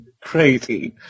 crazy